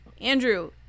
Andrew